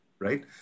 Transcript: Right